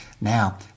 now